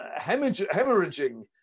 hemorrhaging